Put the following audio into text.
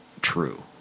true